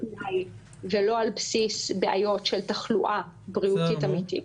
--- ולא על בסיס בעיות של תחלואה בריאותית אמיתית.